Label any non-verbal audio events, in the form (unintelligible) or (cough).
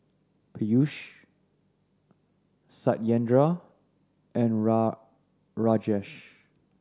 Peyush Satyendra and (unintelligible) Rajesh